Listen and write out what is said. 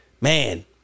man